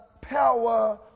power